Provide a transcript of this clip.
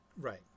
Right